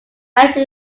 energy